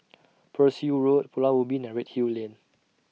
Pearl's Hill Road Pulau Ubin and Redhill Lane